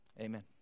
Amen